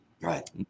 Right